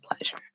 pleasure